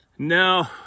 No